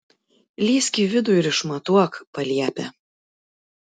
lįsk į vidų ir išmatuok paliepia